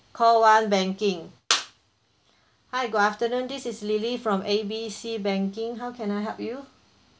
call one banking hi good afternoon this is lily from A B C banking how can I help you